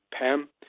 Pam